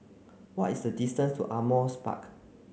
what is the distance to Ardmore's Park